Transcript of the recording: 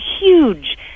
huge